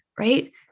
right